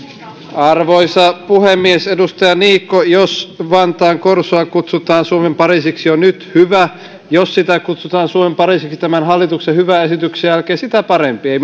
arvoisa puhemies edustaja niikko jos vantaan korsoa kutsutaan suomen pariisiksi jo nyt hyvä jos sitä kutsutaan suomen pariisiksi tämän hallituksen hyvän esityksen jälkeen sitä parempi ei